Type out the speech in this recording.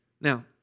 Now